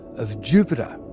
of jupiter.